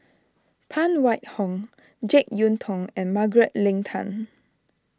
Phan Wait Hong Jek Yeun Thong and Margaret Leng Tan